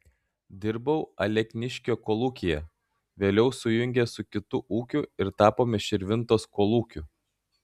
dirbau alekniškio kolūkyje vėliau sujungė su kitu ūkiu ir tapome širvintos kolūkiu